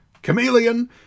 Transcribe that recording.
chameleon